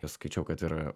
ir skaičiau kad ir